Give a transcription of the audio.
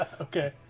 Okay